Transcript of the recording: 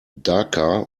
dhaka